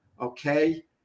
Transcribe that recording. okay